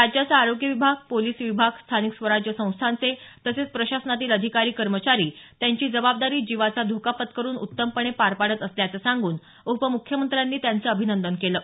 राज्याचा आरोग्य विभाग पोलीस विभाग स्थानिक स्वराज संस्थांचे तसेच प्रशासनातील अधिकारी कर्मचारी त्यांची जबाबदारी जीवाचा धोका पत्करुन उत्तमपणे पार पाडत असल्याचे सांगून उपमुख्यमंत्र्यांनी त्यांचे अभिनंदन केले आहे